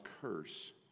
curse